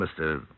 Mr